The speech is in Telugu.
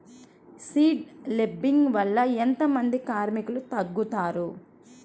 సీడ్ లేంబింగ్ వల్ల ఎంత మంది కార్మికులు తగ్గుతారు?